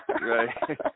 Right